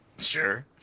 sure